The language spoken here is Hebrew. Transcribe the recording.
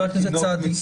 חבר הכנסת סעדי.